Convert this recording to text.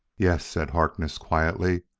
yes, said harkness quietly,